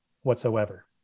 whatsoever